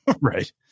Right